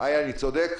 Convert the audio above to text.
איה, אני צודק?